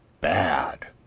bad